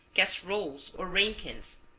casseroles or ramekins,